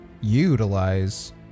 utilize